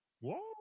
Whoa